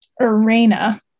Arena